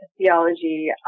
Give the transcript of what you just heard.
theology